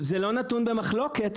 זה לא נתון במחלוקת,